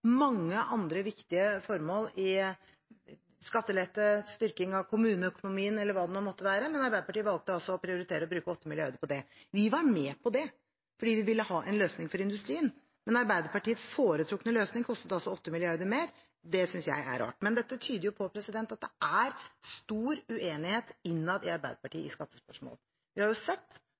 mange andre viktige formål – skattelette, styrking av kommuneøkonomien eller hva det måtte være – men Arbeiderpartiet valgte altså å prioritere å bruke 8 mrd. kr på det. Vi var med på det fordi vi ville ha en løsning for industrien, men Arbeiderpartiets foretrukne løsning kostet altså 8 mrd. kr mer. Det synes jeg er rart. Dette tyder på at det er stor uenighet innad i Arbeiderpartiet i skattespørsmål. Vi har jo sett